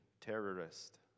terrorist